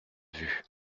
vue